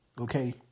Okay